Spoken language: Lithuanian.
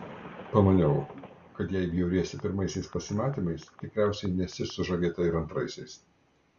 pamaniau kad jei bjauriesi pirmaisiais pasimatymais tikriausiai nesi sužavėta ir antraisiais